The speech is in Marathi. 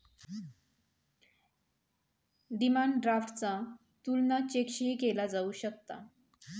डिमांड ड्राफ्टचा तुलना चेकशीही केला जाऊ शकता